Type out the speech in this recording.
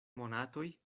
monatoj